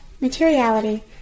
materiality